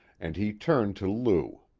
and he turned to lou.